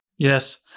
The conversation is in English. Yes